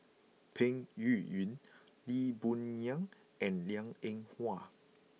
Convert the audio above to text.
Peng Yuyun Lee Boon Ngan and Liang Eng Hwa